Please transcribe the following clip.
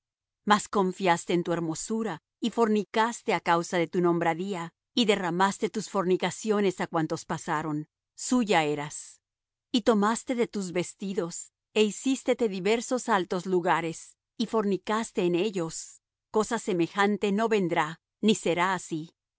mas confiaste en tu hermosura y fornicaste á causa de tu nombradía y derramaste tus fornicaciones á cuantos pasaron suya eras y tomaste de tus vestidos e hicístete diversos altos lugares y fornicaste en ellos cosa semejante no vendrá ni será así